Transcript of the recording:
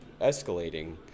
escalating